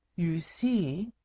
you see,